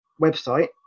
website